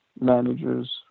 managers